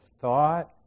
thought